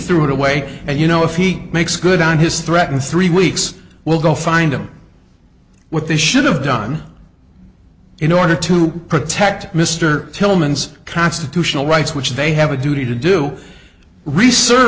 threw it away and you know if he makes good on his threat and three weeks we'll go find them what they should have done in order to protect mr tillman's constitutional rights which they have a duty to do research